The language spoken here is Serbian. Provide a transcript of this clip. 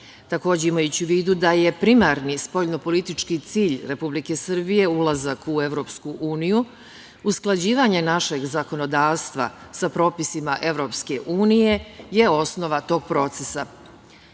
imajući u vidu da je primarni spoljnopolitički cilj Republike Srbije ulazak u EU, usklađivanje našeg zakonodavstva sa propisima EU je osnova tog procesa.